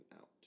out